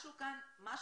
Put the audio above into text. משהו כאן נופל,